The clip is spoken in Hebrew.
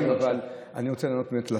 אבל, אני רוצה לענות באמת לשר: